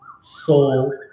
soul